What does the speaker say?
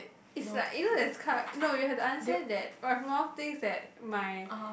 it's like you know that's no you have to answer that we have more thinks that my